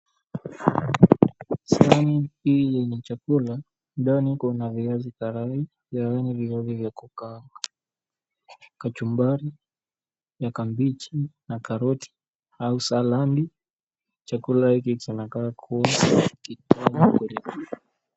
Sahani hii yenye chakula. Ndani kuna viazi karai, yaani viazi vya kukaanga. Kachumbari ya kabichi na karoti au saladi. Chakula hiki kinakaa kubwa kitamu.